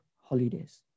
holidays